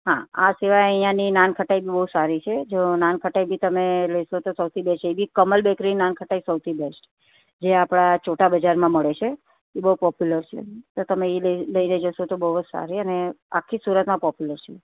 હા આ સિવાય અહીંયાની નાનખટાઈ બી બહુ સારી છે જો નાનખટાઈ બી તમે લેશો તો સૌથી બેસ્ટ છે એ બી કમલ બેકરીની નાનખટાઈ સૌથી બેસ્ટ જે આપણાં ચૌટા બજારમાં મળે છે એ બહુ પોપ્યુલર છે તો તમે એ લઈ લઇને જશો તો બહુ જ સારી અને આખી સુરતમાં પોપ્યુલર છે